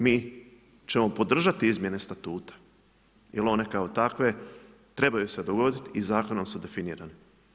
Mi ćemo podržati izmjene statuta jel one kao takve trebaju se dogoditi i zakonom su definirane.